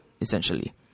essentially